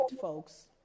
folks